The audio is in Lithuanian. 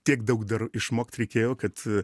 tiek daug dar išmokt reikėjo kad